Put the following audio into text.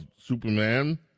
Superman